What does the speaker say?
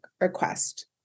request